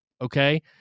okay